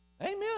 Amen